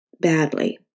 badly